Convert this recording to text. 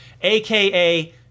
AKA